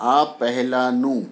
આ પહેલાંનું